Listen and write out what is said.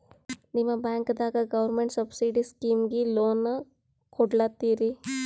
ನಿಮ ಬ್ಯಾಂಕದಾಗ government subsidy ಸ್ಕೀಮಿಗಿ ಲೊನ ಕೊಡ್ಲತ್ತೀರಿ?